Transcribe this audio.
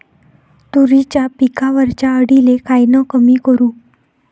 तुरीच्या पिकावरच्या अळीले कायनं कमी करू?